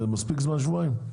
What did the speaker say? זה מספיק זמן שבועיים?